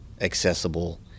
accessible